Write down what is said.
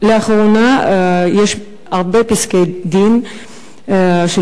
לאחרונה יש הרבה פסקי-דין של